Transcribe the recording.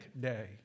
day